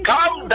Come